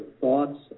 thoughts